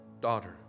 Daughter